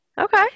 Okay